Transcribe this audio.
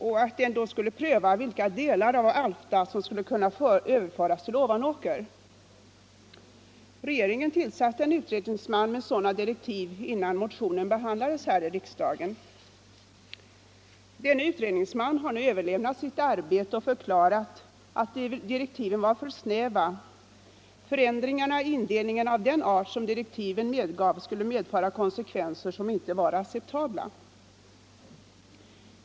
Utredningen skulle då pröva vilka delar av Alfta som skulle kunna överföras till Ovanåker. Regeringen tillsatte en utredningsman med sådana direktiv innan motionen behandlades här i riksdagen. Denne utredningsman har nu överlämnat sitt arbete och förklarat att direktiven var för snäva. Förändringar i indelningen av den art som direktiven medgav skulle medföra konsekvenser som inte var acceptabla.